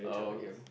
oh okay